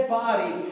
body